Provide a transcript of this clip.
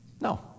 No